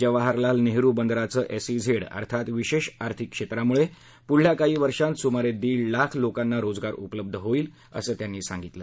जवाहरलाल नेहरू बंदराचं एसईझेड अर्थात विशेष आर्थिक क्षेत्रामुळे पुढल्या काही वर्षात सुमारे दीड लाख लोकांना रोजगार उपलब्ध होईल असं त्यांनी सांगितलं